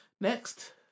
Next